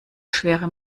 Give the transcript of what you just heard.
schwere